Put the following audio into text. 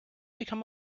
become